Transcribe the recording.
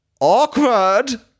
Awkward